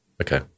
okay